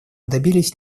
добились